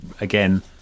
Again